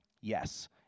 yes